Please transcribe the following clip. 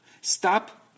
Stop